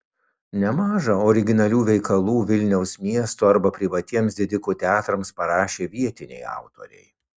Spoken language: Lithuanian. nemaža originalių veikalų vilniaus miesto arba privatiems didikų teatrams parašė vietiniai autoriai